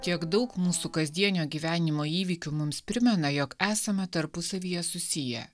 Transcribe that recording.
tiek daug mūsų kasdienio gyvenimo įvykių mums primena jog esame tarpusavyje susiję